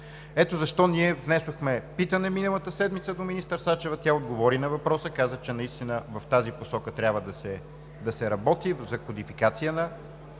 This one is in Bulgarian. Ето защо ние внесохме питане миналата седмица до министър Сачева и тя отговори на въпроса. Каза, че наистина в тази посока трябва да се работи – за кодификация на